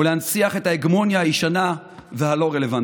ולהנציח את ההגמוניה הישנה והלא-רלוונטית.